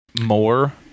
more